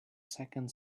second